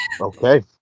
Okay